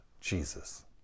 Jesus